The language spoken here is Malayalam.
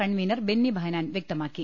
കൺവീനർ ബെന്നി ബെഹ നാൻ വൃക്തമാക്കി